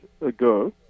ago